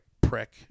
prick